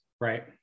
Right